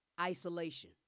isolation